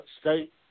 State